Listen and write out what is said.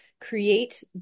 create